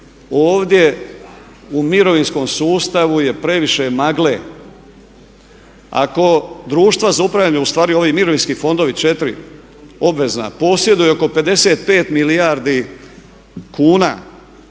ovdje u mirovinskom sustavu je previše magle. Ako društva za upravljanje ustvari ovi mirovinsko fondovi njih 4 obvezna posjeduju oko 55 milijardi kuna